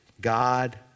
God